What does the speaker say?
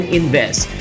invest